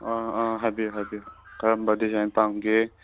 ꯑꯥ ꯑꯥ ꯍꯥꯏꯕꯤꯌꯨ ꯍꯥꯏꯕꯤꯌꯨ ꯀꯔꯝꯄ ꯗꯤꯖꯥꯏꯟ ꯄꯥꯝꯒꯦ